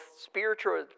spiritual